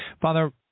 Father